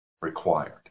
required